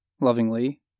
lovingly